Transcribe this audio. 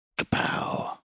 Kapow